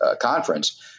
Conference